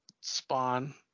spawn